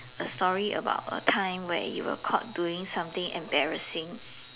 a story about a time when you were caught doing something embarrassing